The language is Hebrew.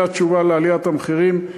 זו התשובה לעליית המחירים,